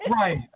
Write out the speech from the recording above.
Right